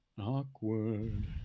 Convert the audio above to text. awkward